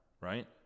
right